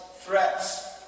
threats